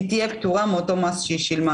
היא תהיה פטורה מאותו מס ששילמה.